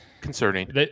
Concerning